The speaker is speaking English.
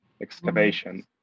excavation